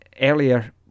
earlier